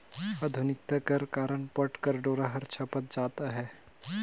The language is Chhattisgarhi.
आधुनिकता कर कारन पट कर डोरा हर छपत जात अहे